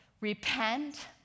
Repent